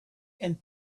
and